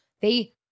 they-